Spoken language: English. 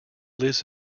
lives